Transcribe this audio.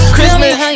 Christmas